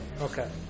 Okay